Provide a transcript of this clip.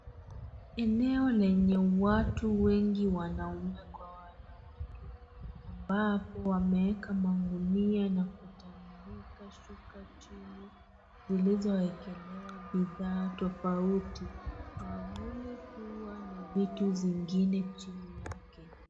Eneo lenye watu wengi wanume kwa wanawake ambapo wameweka magunia na kutandika shuka chini zilizoekelewa bidhaa tofauti mwavuli kua na vitu zingine chini yake.